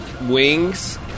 wings